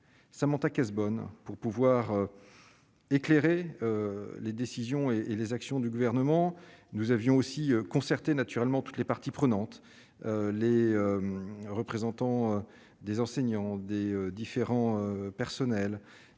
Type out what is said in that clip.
Samantha Cazebonne pour pouvoir éclairer les décisions et les actions du gouvernement, nous avions aussi concertés naturellement toutes les parties prenantes, les représentants des enseignants des différents personnels,